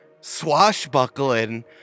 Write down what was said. swashbuckling